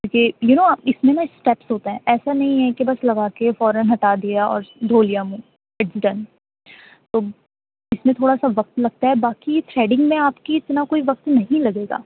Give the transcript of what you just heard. کیوںکہ you know اس میں نہ سٹیپس ہوتا ہے ایسا نہیں ہے کہ بس لگا کے فوراً ہٹا دیا اور دھو لیا منھ اٹس ڈن تو اس میں تھوڑا سا وقت لگتا ہے باقی تھریڈنگ میں آپ کی اتنا کوئی وقت نہیں لگے گا